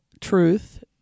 truth